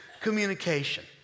communication